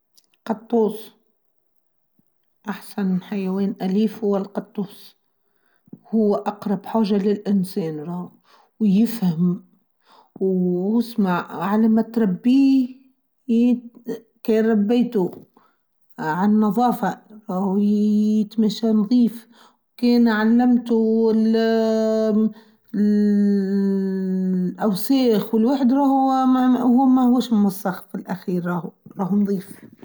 القطوس، أحسن حيوان أليف هو القطوس، هو أقرب حاجة للإنسان، ويفهم، وسمع، وعلى ما تربيه، كي ربيته على نظافة، وويييييي يتمشى نظيف، كي نعلمته اااااالأوساخ، والواحد راهو هو ما هوش مموسخ، في الأخير راهو راهو نظيف.